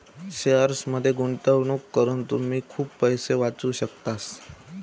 शेअर्समध्ये गुंतवणूक करून तुम्ही खूप पैसे वाचवू शकतास